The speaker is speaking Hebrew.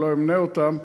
אני לא אמנה אותם,